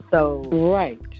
right